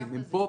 הם פה,